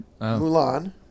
Mulan